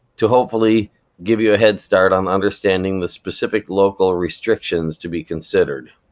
to hopefully give you a head start on understanding the specific local restrictions to be considered.